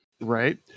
Right